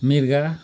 मिर्ग